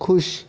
ख़ुश